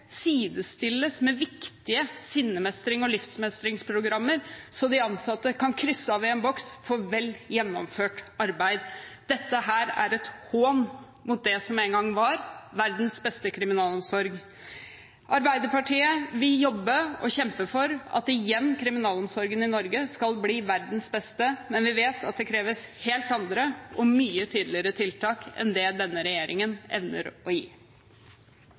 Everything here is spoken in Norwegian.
sidestilles med viktige sinnemestrings- og livsmestringsprogrammer, slik at de ansatte kan krysse av i en boks for vel gjennomført arbeid. Dette er en hån mot det som en gang var verdens beste kriminalomsorg. Arbeiderpartiet vil jobbe og kjempe for at kriminalomsorgen i Norge igjen skal bli verdens beste, men vi vet at det kreves helt andre og mye tydeligere tiltak enn det denne regjeringen evner å gi.